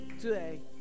today